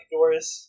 Doris